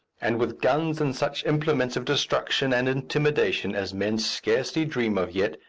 and with guns and such implements of destruction and intimidation as men scarcely dream of yet,